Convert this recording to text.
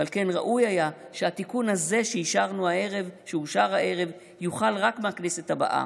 ועל כן ראוי היה שהתיקון הזה שאושר הערב יוחל רק מהכנסת הבאה,